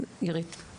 אז אירית, בבקשה.